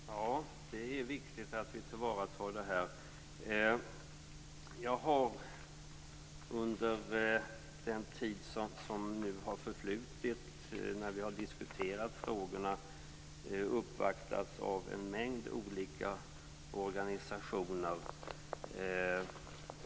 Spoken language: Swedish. Fru talman! Ja, det är viktigt att vi tillvaratar detta. Jag har under den tid som nu har förflutit då vi har diskuterat frågorna uppvaktats av en mängd olika organisationer.